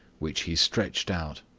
which he stretched out.